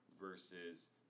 versus